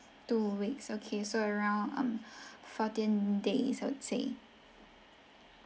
two weeks okay so around um fourteen days I would say